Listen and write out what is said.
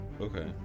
Okay